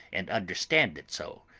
and understand it so.